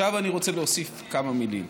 עכשיו אני רוצה להוסיף כמה מילים.